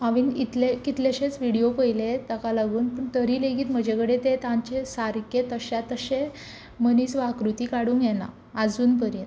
हांवेन इतले कितलेशेच व्हिडियो पयले ताका लागून पूण तरी लेगीत म्हजे कडेन ते तांचे सारके तश्या तशे मनीस वा आकृती काडूंक येना आजून पर्यंत